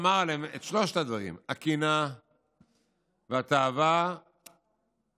עליהם את שלושת הדברים: הקנאה והתאווה והכבוד.